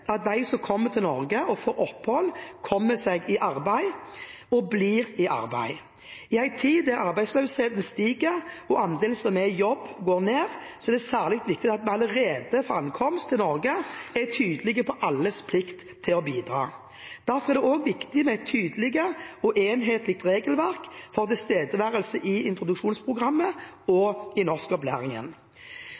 at de som kommer til Norge og får opphold, kommer seg i arbeid og blir i arbeid. I en tid da arbeidsløsheten stiger og andelen som er i jobb, går ned, er det særlig viktig at vi allerede fra ankomst til Norge er tydelige på alles plikt til å bidra. Derfor er det også viktig med et tydelig og enhetlig regelverk for tilstedeværelse i introduksjonsprogrammet og